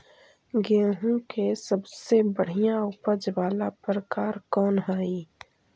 गेंहूम के सबसे बढ़िया उपज वाला प्रकार कौन हई?